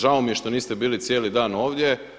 Žao mi je što niste bili cijeli dan ovdje.